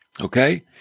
Okay